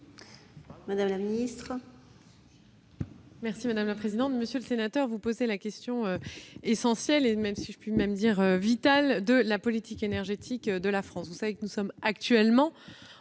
madame la ministre,